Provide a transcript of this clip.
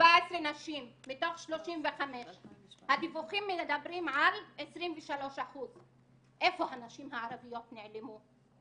17 נשים מתוך 35. הדיווחים מדברים על 23%. איפה הנשים הערביות נעלמו?